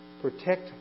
Protect